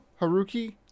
Haruki